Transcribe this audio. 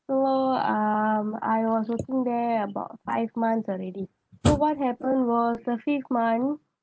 so um I was working there about five months already so what happened was the fifth month